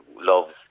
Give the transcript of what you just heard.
loves